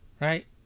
Right